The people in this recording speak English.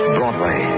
Broadway